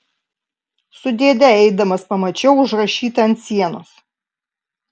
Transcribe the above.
su dėde eidamas pamačiau užrašytą ant sienos